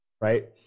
right